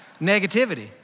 negativity